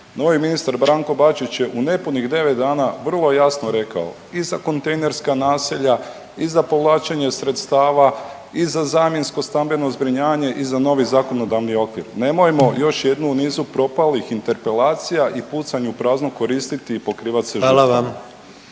Novi ministar Branko Bačić je u nepunih 9 dana vrlo jasno rekao i za kontejnerska naselja i za povlačenje sredstava i za zamjensko stambeno zbrinjavanje i za novi zakonodavni okvir, nemojmo još jednu u nizu propalih interpelacija i pucanj u prazno koristiti i pokrivat se žitom.